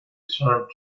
served